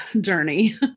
journey